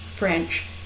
French